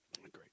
great